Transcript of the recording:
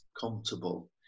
comfortable